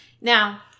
now